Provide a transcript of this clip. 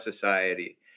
society